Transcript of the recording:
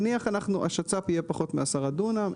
נניח שהשצ"פ יהיה פחות מעשרה דונם,